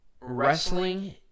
Wrestling